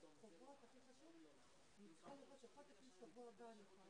לקחת בחשבון, שזה